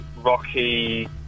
rocky